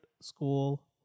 school